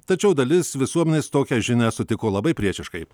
tačiau dalis visuomenės tokią žinią sutiko labai priešiškai